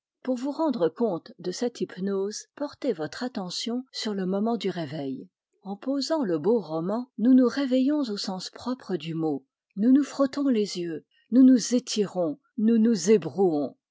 pour vous rendre compte de cette hypnose portez votre attention sur le moment du réveil en posant le beau roman nous nous réveillons au sens propre du mot nous nous frottons les yeux nous nous étirons nous nous